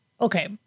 okay